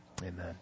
Amen